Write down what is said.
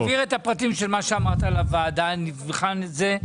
תעביר את הפרטים של מה שאמרת לוועדה, נבחן את זה.